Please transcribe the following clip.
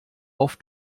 auf